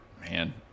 man